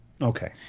Okay